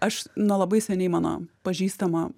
aš nuo labai seniai mano pažįstama